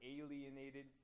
alienated